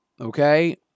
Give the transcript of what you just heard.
okay